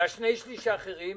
והשני-שלישים האחרים,